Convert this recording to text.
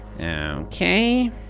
Okay